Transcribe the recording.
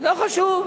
לא חשוב,